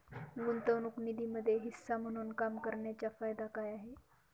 गुंतवणूक निधीमध्ये हिस्सा म्हणून काम करण्याच्या फायदा काय आहे?